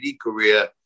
career